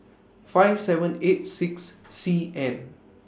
five seven eight six C N